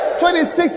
26